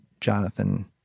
Jonathan